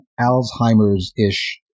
Alzheimer's-ish